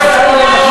מכיוון שיש לי ניסיון,